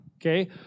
okay